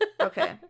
Okay